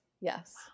Yes